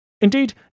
Indeed